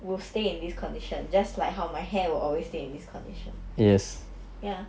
will stay in this condition just like how my hair will always stay in this condition ya but